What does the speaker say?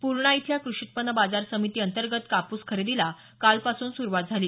पूर्णा इथल्या कृषि उत्पन्न बाजार समिती अंतर्गत कापूस खरेदीला कालपासून सुरुवात झाली